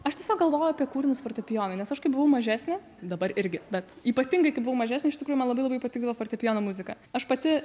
aš tiesiog galvojau apie kūrinius fortepijonui nes aš kai buvau mažesnė dabar irgi bet ypatingai kai buvau mažesnė iš tikrųjų man labai labai patikdavo fortepijono muzika aš pati